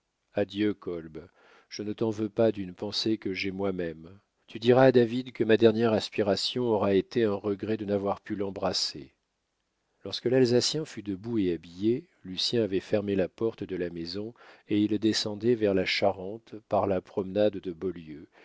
adieu kolb je ne t'en veux pas d'une pensée que j'ai moi-même tu diras à david que ma dernière aspiration aura été un regret de n'avoir pu l'embrasser lorsque l'alsacien fut debout et habillé lucien avait fermé la porte de la maison et il descendait vers la charente par la promenade de beaulieu mis